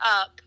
up